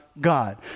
God